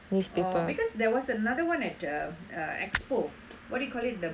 because there was another at uh uh expo what do you call it the